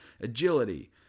agility